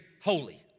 holy